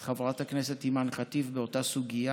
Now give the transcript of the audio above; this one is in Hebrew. גם חברת הכנסת אימאן ח'טיב באותה סוגיה.